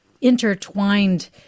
intertwined